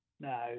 no